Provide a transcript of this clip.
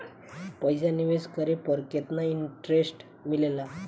पईसा निवेश करे पर केतना इंटरेस्ट मिलेला?